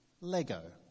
Lego